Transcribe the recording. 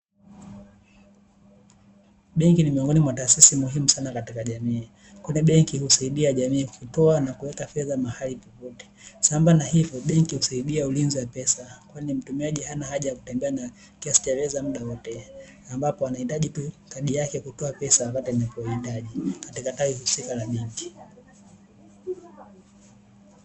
Benki ni miongoni mwa taasisi muhimu sana katika jamii, kwani benki husaidia jamii kutoa na kuweka fedha mahali popote sambamba na hivyo benki husaidia ulinzi wa pesa kwani mtumiaji hana haja ya kutembea na kiasi cha fedha mda wote, ambapo anahitaji tu kadi yake kutoa pesa wakati anapohitaji katika tawi husika la benki.